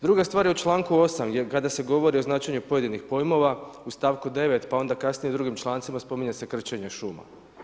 Druga stvar je u članku 8. kada se govori o značenju pojedinih pojmova, u stavku 9. pa onda kasnije u drugim člancima spominje se krčenje šuma.